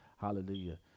Hallelujah